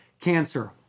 cancer